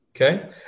Okay